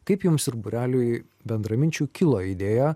kaip jums ir būreliui bendraminčių kilo idėja